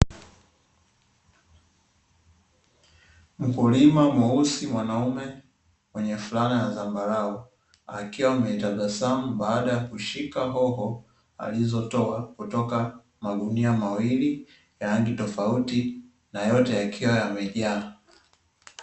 Mkulima mweusi mwanaume mwenye fulana ya zambarau, akiwa mwenye tabasamu baada ya kushika hoho alizotoa kutoka magunia mawili ya rangi tofauti na yote yakiwa yamejaa.